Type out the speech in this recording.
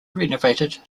renovated